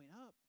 up